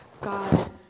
God